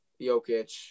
Jokic